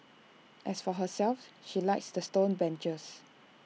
as for herself she likes the stone benches